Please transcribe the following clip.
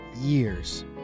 years